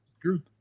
True